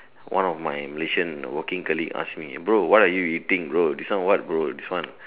one of my Malaysian working colleague ask me bro what are you eating bro this one what bro this one